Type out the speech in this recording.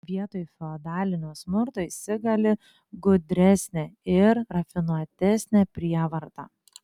vietoj feodalinio smurto įsigali gudresnė ir rafinuotesnė prievarta